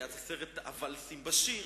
היה הסרט "ואלס עם באשיר",